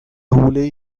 حوله